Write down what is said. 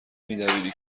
میدویدی